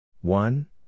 One